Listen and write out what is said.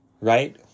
right